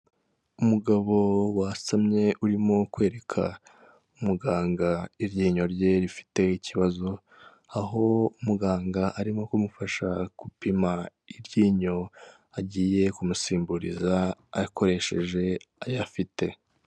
Umugabo wasamye urimo kwereka muganga iryinyo rye rifite ikibazo, aho muganga arimo kumufasha gupima iryinyo agiye kumusimburiza, akoresheje ayo afite.